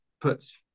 puts